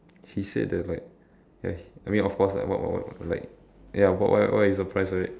he said that like ya I mean of course like what what what like ya why why why you surprised right